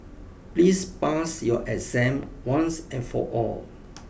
please pass your exam once and for all